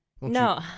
No